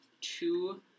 two